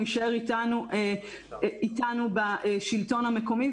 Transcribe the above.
הוא יישאר איתנו בשלטון המקומי.